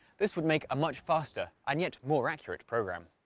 this would make a much faster and yet more accurate program.